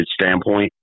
standpoint